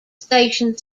station